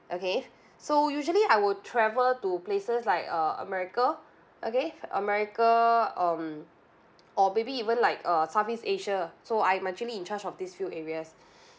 okay so usually I would travel to places like uh america okay america um or maybe even like uh southeast asia so I'm actually in charge of this few areas